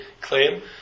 claim